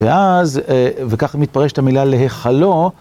ואז, וכך מתפרשת המילה להיכלו...